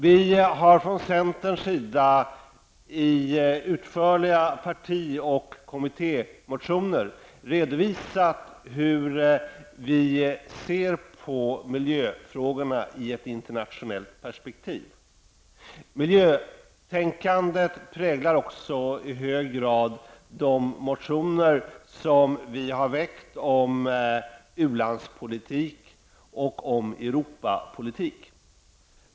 Vi i centern har i utförliga parti och kommittémotioner redovisat hur vi ser på miljöfrågorna i ett internationellt perspektiv. Miljötänkandet präglar också i hög grad de motioner som vi har väckt om u-landspolitik och om Europapolitik.